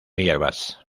hierbas